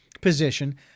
position